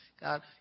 God